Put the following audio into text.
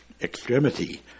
extremity